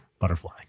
Butterfly